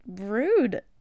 rude